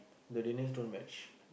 their d_n_a don't match